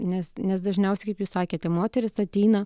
nes nes dažniausiai kaip jūs sakėte moteris ateina